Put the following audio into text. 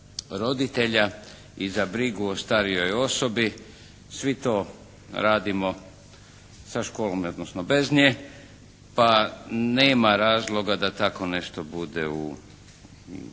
i za brigu o starijoj osobi. Svi to radimo sa školom, odnosno bez nje, pa nema razloga da tako nešto bude kao